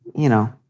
you know,